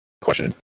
question